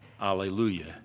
Alleluia